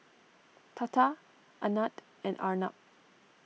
Tata Anand and Arnab